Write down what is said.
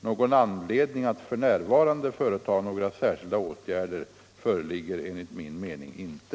Någon anledning att f. n. företa några särskilda åtgärder föreligger enligt min mening inte.